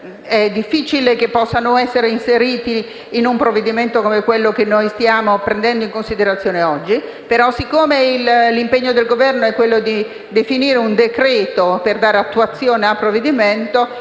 questi elementi possano essere inseriti in un provvedimento come quello che noi stiamo prendendo in considerazione oggi. Siccome l'impegno del Governo è quello di definire un decreto per dare attuazione al provvedimento,